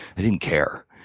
i didn't care.